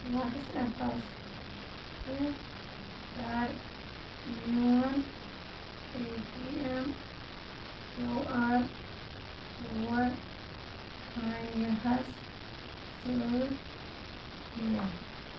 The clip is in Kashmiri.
واٹس اپَس پٮ۪ٹھ کَر میون Paytm Q R code ہانِیہ ہَس سۭتی شیر